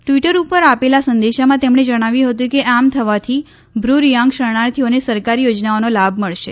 Twitter ઉપર આપેલા સંદેશામાં તેમણે જણાવ્યું હતું કે આમ થવાથી બ્રુ રિયાંગ શરણાર્થીઓને સરકારી યોજનાઓના લાભ મળશે